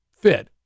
fit